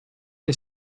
che